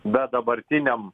bet dabartiniam